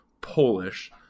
Polish